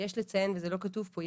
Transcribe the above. יש לציין וזה לא כתוב פה,